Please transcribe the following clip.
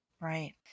Right